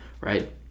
Right